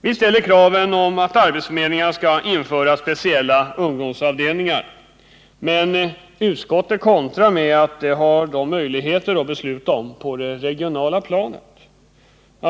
Vi ställer krav att arbetsförmedlingarna skall införa speciella ungdomsavdelningar, men utskottet kontrar med att det har arbetsförmedlingarna möjlighet att besluta om på det regionala planet.